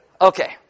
Okay